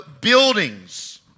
buildings